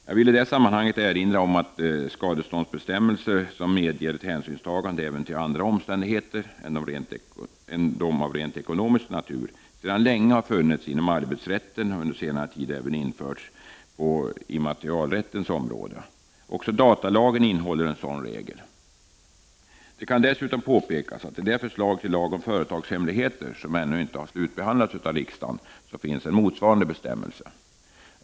Jag vill i detta sammanhang erinra om att skadeståndsbestämmelser som medger ett hänsynstagande även till andra omständigheter än de av rent ekonomisk natur sedan länge har funnits inom arbetsrätten och under senare tid även införts på immaterialrättens område. Också datalagen innehåller en sådan regel. Det kan dessutom påpekas att i det förslag till lag om företagshemligheter, som ännu inte har slutbehandlats av riksdagen, finns en motsvarande bestämmelse.